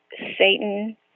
Satan